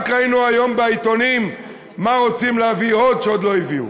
רק היום ראינו בעיתונים מה רוצים עוד שעוד לא הביאו.